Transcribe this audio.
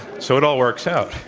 so, it all works out